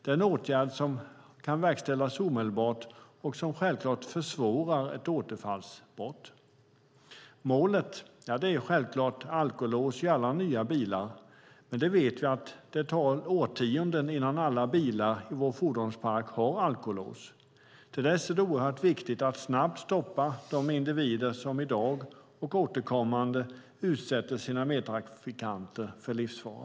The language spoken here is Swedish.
Det är en åtgärd som kan verkställas omedelbart och som självklart försvårar ett återfallsbrott. Målet är självklart alkolås i alla nya bilar, men vi vet att det tar årtionden innan alla bilar i vår fordonspark har alkolås. Till dess är det oerhört viktigt att snabbt stoppa de individer som i dag återkommande utsätter sina medtrafikanter för livsfara.